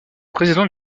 président